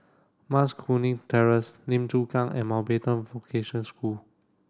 Mas Kuning Terrace Lim Chu Kang and Mountbatten Vocation School